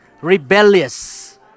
rebellious